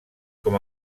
com